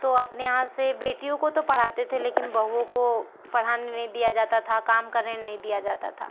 तो अपने यहाँ से बेटियों को तो पढ़ाते थे लेकिन बहुओं को पढ़ाने नहीं दिया जाता था काम करने नहीं दिया जाता था